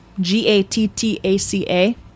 G-A-T-T-A-C-A